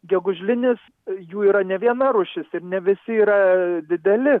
gegužlinis jų yra ne viena rūšis ir ne visi yra dideli